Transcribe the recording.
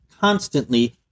constantly